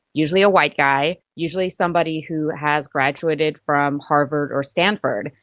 usually a white guy, usually somebody who has graduated from harvard or stanford.